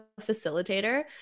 facilitator